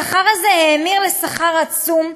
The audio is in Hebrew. השכר הזה האמיר לשכר עצום,